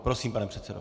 Prosím, pane předsedo.